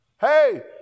Hey